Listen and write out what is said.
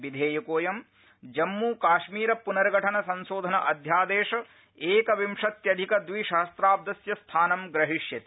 विधेयकोऽयं जम्मू कश्मीर प्नर्गठन संशोधन अध्यादेश एकविंशत्यधिक द्विसहस्राब्दस्य स्थानं प्रहीष्यति